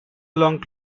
long